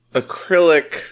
acrylic